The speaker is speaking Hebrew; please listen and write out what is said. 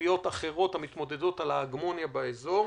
אזוריות אחרות, המתמודדות על ההגמוניה באזור.